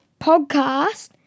podcast